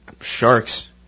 sharks